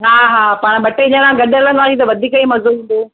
हा हा पाण ॿ टे ॼणां गॾु हलंदासी त वधीक ई मज़ो ईंदो